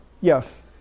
Yes